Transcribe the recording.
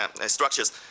structures